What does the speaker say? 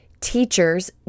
teachers